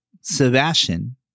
Sebastian